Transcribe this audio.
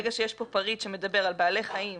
ברגע שיש פה פריט שמדבר על בעלי חיים,